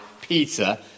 Peter